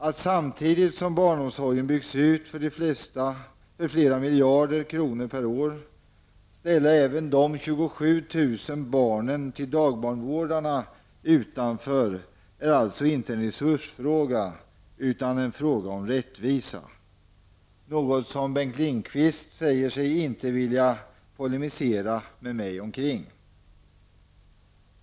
Att samtidigt som barnomsorgen byggs ut för flera miljarder kronor per år ställa de ca 27 000 barnen till dagbarnvårdarna utanför är alltså inte en resursfråga utan en fråga om rättvisa, något som Bengt Lindqvist säger sig inte vilja polemisera med mig om.